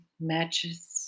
matches